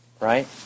Right